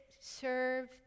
Serve